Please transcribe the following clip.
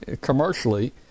commercially